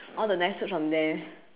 all the nice food from there